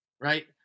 right